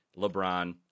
LeBron